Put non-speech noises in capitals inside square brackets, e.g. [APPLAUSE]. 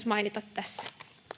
[UNINTELLIGIBLE] mainita tässä